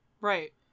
Right